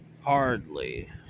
hardly